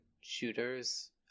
shooters